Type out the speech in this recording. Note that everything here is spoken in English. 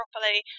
properly